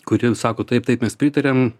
kuri sako taip taip mes pritariam